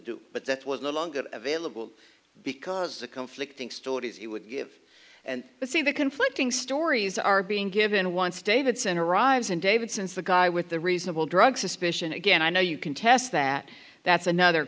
do but that was no longer available because the conflicting stories he would give and see the conflicting stories are being given wants davidson arrives and david since the guy with the reasonable drug suspicion again i know you contest that that's another